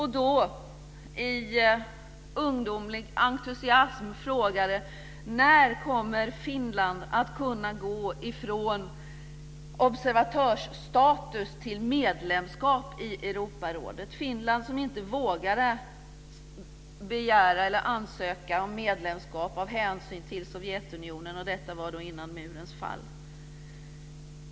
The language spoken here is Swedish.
I ungdomlig entusiasm frågade jag: När kommer Finland att kunna gå ifrån observatörsstatus till medlemskap i Europarådet? Finland vågade inte ansöka om medlemskap av hänsyn till Sovjetunionen. Detta skedde före murens fall.